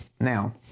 Now